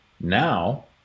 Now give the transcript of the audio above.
now